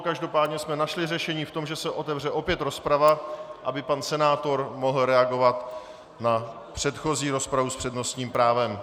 Každopádně jsme našli řešení v tom, že se otevře opět rozprava, aby pan senátor mohl reagovat na předchozí rozpravu s přednostním právem.